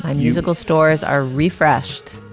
musical stores are refreshed.